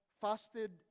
fasted